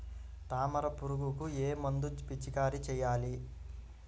తామర పురుగుకు ఏ మందు పిచికారీ చేయాలి?